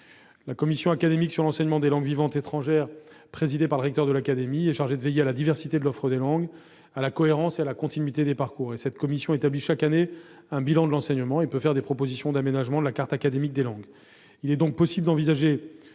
La commission académique sur l'enseignement des langues vivantes étrangères, présidée par le recteur de l'académie, est chargée de veiller à la diversité de l'offre de langues, ainsi qu'à la cohérence et à la continuité des parcours. Cette commission établit chaque année un bilan de l'enseignement et peut proposer des aménagements à la carte académique des langues. Il est possible d'envisager,